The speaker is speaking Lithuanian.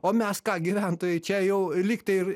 o mes ką gyventojai čia jau lyg tai ir